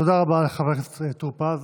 תודה רבה לחבר הכנסת טור פז.